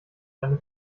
eine